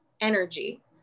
energy